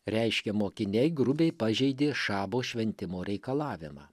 reiškia mokiniai grubiai pažeidė šabo šventimo reikalavimą